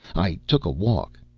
i took a walk.